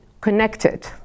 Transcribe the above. connected